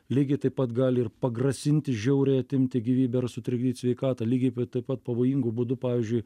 lygiai taip pat gali ir pagrasinti žiauriai atimti gyvybę ar sutrikdyt sveikatą lygiai taip pat pavojingu būdu pavyzdžiui